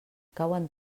cauen